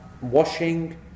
washing